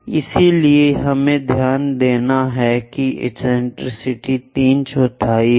इसलिए हमें ध्यान देना है कि एक्सेंट्रिसिटी तीन चौथाई है